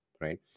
right